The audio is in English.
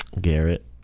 Garrett